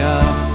up